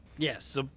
Yes